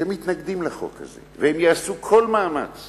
שמתנגדים לחוק הזה, והם יעשו כל מאמץ